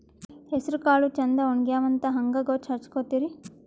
ಹೆಸರಕಾಳು ಛಂದ ಒಣಗ್ಯಾವಂತ ಹಂಗ ಗೂತ್ತ ಹಚಗೊತಿರಿ?